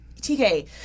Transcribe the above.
TK